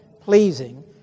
pleasing